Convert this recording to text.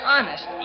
Honest